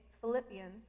Philippians